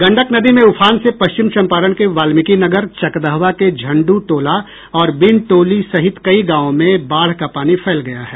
गंडक नदी में उफान से पश्चिम चंपारण के वाल्मीकिनगर चकदहवा के झंडू टोला और बिन टोली सहित कई गांवों में बाढ़ का पानी फैल गया है